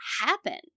happen